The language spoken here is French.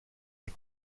des